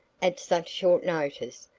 at such short notice,